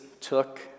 took